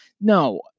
No